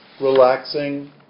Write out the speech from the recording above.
relaxing